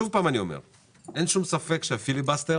אין שום ספק שהפיליבסטר